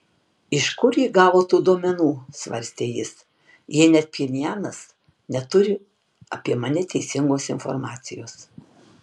iš kur ji gavo tų duomenų svarstė jis jei net pchenjanas neturi apie mane teisingos informacijos